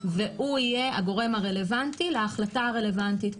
הוא יהיה הגורם הרלוונטי להחלטה הרלוונטית,